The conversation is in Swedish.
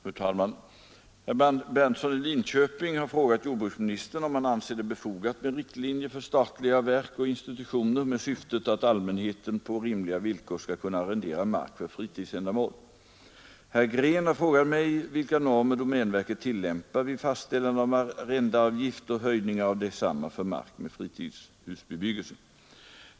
Fru talman! Herr Berndtson i Linköping har frågat jordbruksministern om han anser det befogat med riktlinjer för statliga verk och institutioner med syftet att allmänheten på rimliga villkor skall kunna arrendera mark för fritidsändamål. Herr Green har frågat mig vilka normer domänverket tillämpar vid fastställande av arrendeavgift och höjningar av desamma för mark med fritidshusbebyggelse.